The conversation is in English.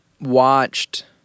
watched